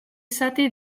zati